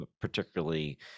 particularly